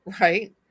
right